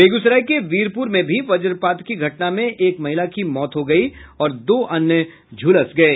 बेगूसराय के वीरपुर में भी वज्रपात की घटना में एक महिला की मौत हो गयी और दो अन्य झुलस गये